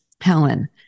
Helen